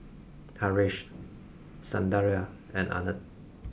Haresh Sundaraiah and Anand